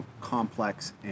complex